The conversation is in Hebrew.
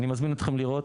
אני מזמין אתכם לראות,